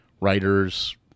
writers